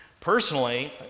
Personally